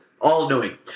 all-knowing